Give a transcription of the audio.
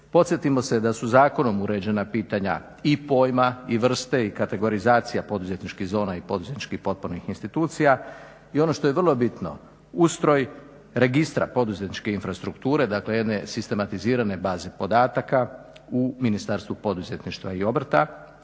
Podsjetimo se da su zakonom uređena pitanja i pojma i vrste i kategorizacija poduzetničkih zona i poduzetničkih potpornih institucija i ono što je vrlo bitno, ustroj registra poduzetničke infrastrukture, dakle jedne sistematizirane baze podataka u Ministarstvu poduzetništva i obrta.